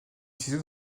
utilisés